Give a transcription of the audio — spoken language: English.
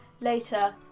later